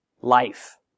life